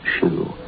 shoe